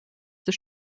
des